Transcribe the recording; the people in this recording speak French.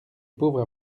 pauvre